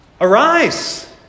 Arise